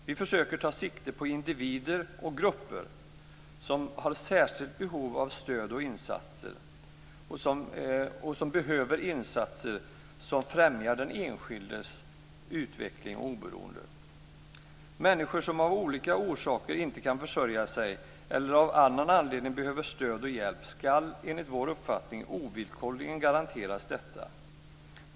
Vi försöker ta sikte på individer och grupper som har särskilt behov av stöd och insatser och som behöver insatser som främjar den enskildes utveckling och oberoende. Människor som av olika orsaker inte kan försörja sig eller som av annan anledning behöver stöd och hjälp ska, enligt vår uppfattning, ovillkorligen garanteras detta.